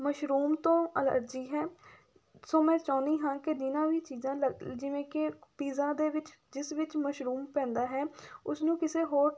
mushroom ਤੋਂ allergy ਹੈ so ਮੈਂ ਚਾਹੁੰਦੀ ਹਾਂ ਕਿ ਜਿਨ੍ਹਾਂ ਵੀ ਚੀਜ਼ਾਂ ਜਿਵੇਂ ਕਿ ਪੀਜ਼ਾ ਦੇ ਵਿੱਚ ਜਿਸ ਵਿੱਚ ਮਸ਼ਰੂਮ ਪੈਂਦਾ ਹੈ ਉਸਨੂੰ ਕਿਸੇ ਹੋਰ